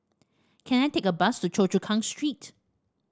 can I take a bus to Choa Chu Kang Street